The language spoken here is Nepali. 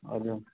हजुर